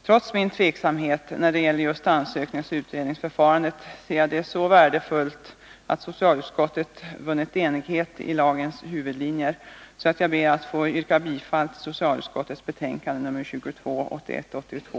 Trots min tveksamhet när det gäller just ansökningsoch utredningsförfarandet, anser jag det vara så värdefullt att socialutskottet blivit enigt om lagens huvudlinjer att jag ber att få yrka bifall till hemställan i socialutskottets betänkande nr 22.